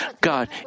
God